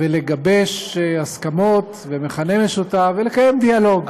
לגבש הסכמות ומכנה משותף, ולקיים דיאלוג,